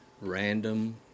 random